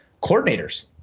coordinators